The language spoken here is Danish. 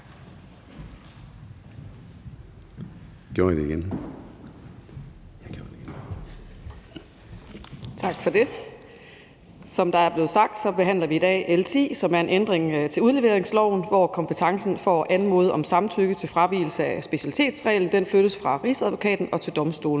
(Ordfører) Betina Kastbjerg (DD): Tak for det. Som der er blevet sagt, behandler vi i dag L 10, som er en ændring af udleveringsloven, hvor kompetencen for at anmode om samtykke til fravigelse af specialitetsreglen flyttes fra Rigsadvokaten til domstolene.